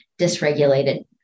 dysregulated